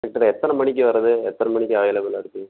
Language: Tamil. டாக்டர் எத்தனை மணிக்கு வரது எத்தனை மணிக்கு அவைலபிலாக இருப்பிங்க